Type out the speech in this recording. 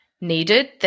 needed